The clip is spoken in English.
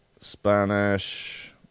Spanish